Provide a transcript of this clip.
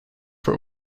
for